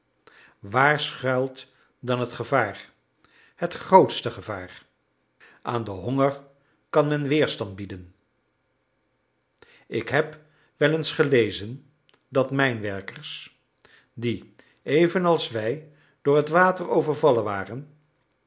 waar schuilt dan het gevaar het grootste gevaar aan den honger kan men weerstand bieden ik heb wel eens gelezen dat mijnwerkers die evenals wij door het water overvallen waren